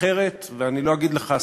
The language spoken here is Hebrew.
אחרת ואני לא אגיד לך,